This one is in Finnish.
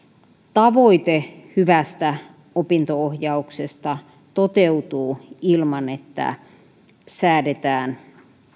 tavoite hyvästä opinto ohjauksesta toteutuu ilman että säädetään